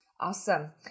Awesome